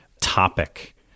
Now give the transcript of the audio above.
topic